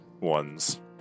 ones